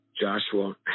Joshua